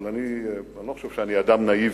אבל אני לא חושב שאני אדם נאיבי.